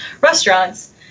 restaurants